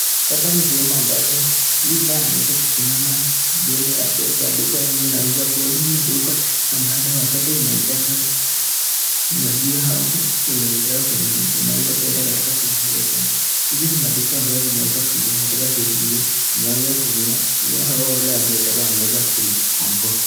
Wabunge zima ambazo huyu naye ameweza kusimama mbele yake kwa duka hivi inaonyesha kuwa hili ni duka ambalo wakati unaitaka na sio hao unaitaka kununua. Unaweza kwenda katika sehemu hiyo kununua. Hizi ni maduka ambazo umeweza kuja katika sehemu hiyo. Umeweza kununua hao wale ambao itakuwa ameweza kuikomboa.